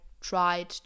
tried